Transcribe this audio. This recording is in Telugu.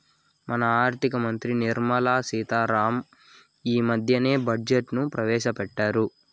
మన ఆర్థిక మంత్రి నిర్మలా సీతా రామన్ ఈ మద్దెనే బడ్జెట్ ను ప్రవేశపెట్టిన్నారు